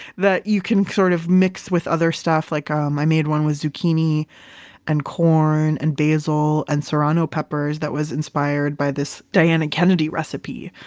that you can sort of mix with other stuff. like um i made one with zucchini and corn and basil and serrano peppers that was inspired by this diana kennedy recipe.